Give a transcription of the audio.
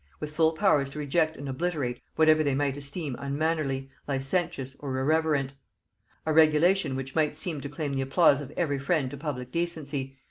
with full powers to reject and obliterate whatever they might esteem unmannerly, licentious, or irreverent a regulation which might seem to claim the applause of every friend to public decency,